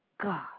God